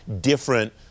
different